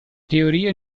teorie